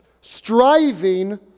striving